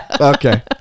Okay